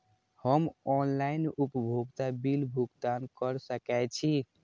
हम ऑनलाइन उपभोगता बिल भुगतान कर सकैछी?